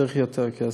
צריך יותר כסף,